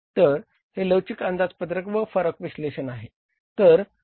तर हे लवचिक अंदाजपत्रक व फरक विश्लेषण आहे